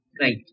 Right